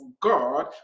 God